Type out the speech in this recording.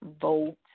vote